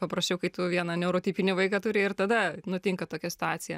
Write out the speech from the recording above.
paprasčiau kai tu vieną neurotipinį vaiką turi ir tada nutinka tokia situacija